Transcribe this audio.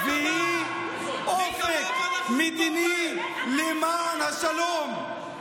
נקמה ורק נקמה, לא תהיה פה.